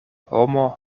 homo